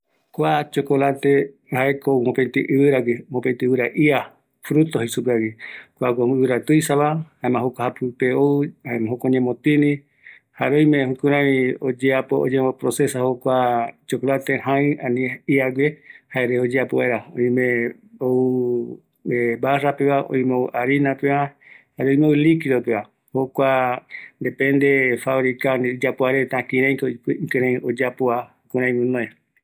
Kua chocolate jaeko ou ɨvɨra ia guiva, cacao jei supeva, kuagui iyapoareta omboyekua, chocolate ikuiva, barra, jare oime liquido, jokoguima oiporu reta oyapo vaera oipotaguera